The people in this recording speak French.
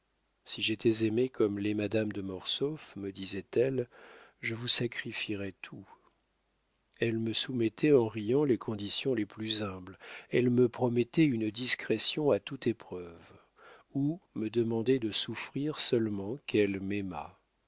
si j'étais aimée comme l'est madame de mortsauf me disait-elle je vous sacrifierais tout elle me soumettait en riant les conditions les plus humbles elle me promettait une discrétion à toute épreuve ou me demandait de souffrir seulement qu'elle m'aimât